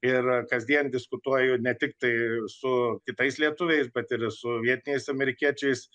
ir kasdien diskutuoju ne tiktai su kitais lietuviais bet ir su vietiniais amerikiečiais